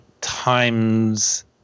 times